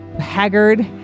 haggard